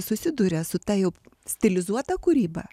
susiduria su ta jau stilizuota kūryba